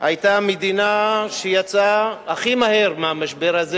היתה המדינה שיצאה הכי מהר מהמשבר הזה,